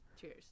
Cheers